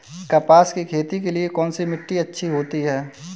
कपास की खेती के लिए कौन सी मिट्टी अच्छी होती है?